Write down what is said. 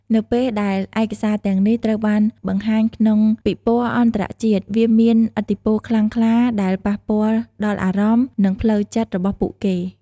នៅពេលដែលឯកសារទាំងនេះ ត្រូវបានបង្ហាញក្នុងពិព័រណ៍អន្តរជាតិ វាមានឥទ្ធិពលខ្លាំងក្លាដែលប៉ះពាល់់ដល់អារម្មណ៍ និងផ្លូវចិត្តរបស់ពួកគេ។